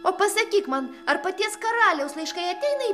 o pasakyk man ar paties karaliaus laiškai ateina